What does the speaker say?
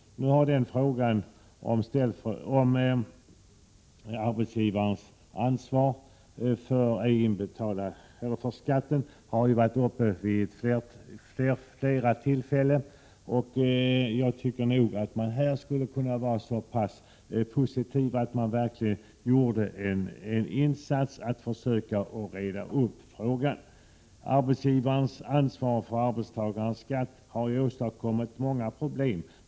Frågan om arbetsgivares ansvar för arbetstagares skatt har varit uppe till debatt vid flera tillfällen. Jag tycker att socialdemokraterna kunde vara så pass positiva att de verkligen gjorde en insats och försökte reda ut frågan. Arbetsgivares ansvar för arbetstagares skatt har åstadkommit många problem.